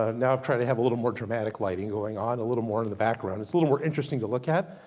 ah now i've try to have, a little more dramatic lighting going on, a little more in the background. it's a little more interesting to look at,